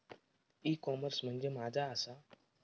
E commerce म्हणजे मझ्या आसा?